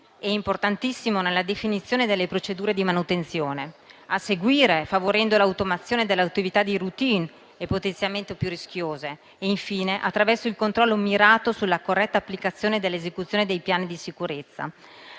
è importantissimo nella definizione delle procedure di manutenzione; a seguire, favorendo l'automazione delle attività di *routine* e potenzialmente più rischiose; infine, attraverso il controllo mirato sulla corretta applicazione dell'esecuzione dei piani di sicurezza.